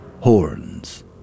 horns